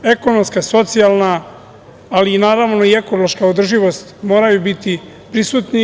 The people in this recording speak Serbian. Ekonomska, socijalna, ali i naravno, ekološka održivost moraju biti prisutni.